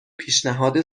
پیشنهاد